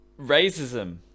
racism